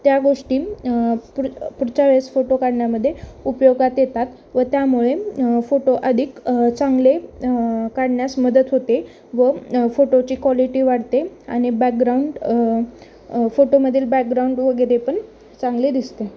त्या गोष्टी पु पुढच्या वळेस फोटो काढण्यामध्ये उपयोगात येतात व त्यामुळे फोटो अधिक चांगले काढण्यास मदत होते व फोटोची क्वालिटी वाढते आणि बॅकग्राउंड फोटोमधील बॅकग्राउंड वगैरे पण चांगले दिसते